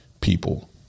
people